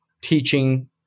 teaching